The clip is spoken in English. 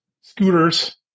scooters